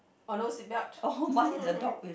or no seat belt